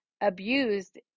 abused